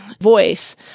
voice